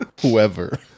whoever